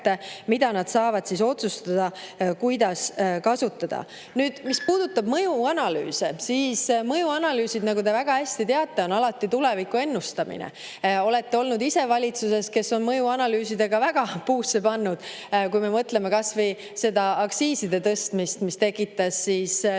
et nad saaksid otsustada, kuidas seda kasutada. Nüüd, mis puudutab mõjuanalüüse, siis mõjuanalüüsid, nagu te väga hästi teate, on alati tuleviku ennustamine. Olete olnud ise valitsuses, kes on mõjuanalüüsidega väga puusse pannud, kui me mõtleme kasvõi aktsiiside tõstmisele, mis tekitas Lätiga